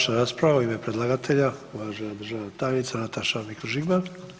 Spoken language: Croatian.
Završna rasprava u ime predlagatelja uvažena državna tajnica Nataša Mikuš Žigman.